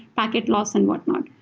packet loss and whatnot.